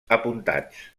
apuntats